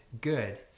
good